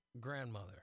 grandmother